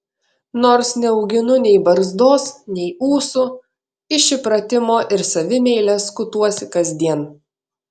nors neauginu nei barzdos nei ūsų iš įpratimo ir savimeilės skutuosi kasdien